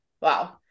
Wow